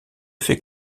fait